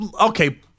Okay